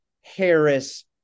Harris